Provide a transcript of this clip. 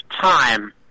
time